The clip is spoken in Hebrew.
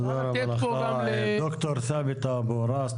תודה רבה לך ד"ר תאבת אבו ראס.